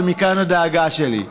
ומכאן הדאגה שלי.